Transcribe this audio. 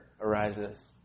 arises